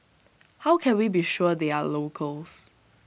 how can we be sure they are locals